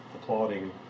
applauding